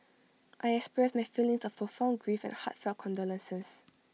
I express my feelings of profound grief and heartfelt condolences